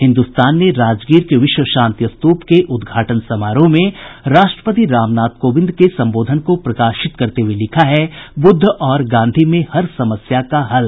हिन्दुस्तान ने राजगीर के विश्व शांति स्तूप के उद्घाटन समारोह में राष्ट्रपति रामनाथ कोविंद के संबोधन को प्रकाशित करते हुये लिखा है बुद्ध और गांधी में हर समस्या का हल